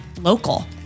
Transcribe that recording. local